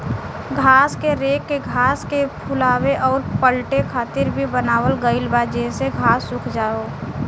घास के रेक के घास के फुलावे अउर पलटे खातिर भी बनावल गईल बा जेसे घास सुख जाओ